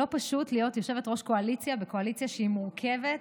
לא פשוט להיות יושבת-ראש קואליציה בקואליציה שהיא מורכבת,